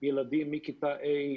ילדים מכיתה ה'